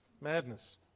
madness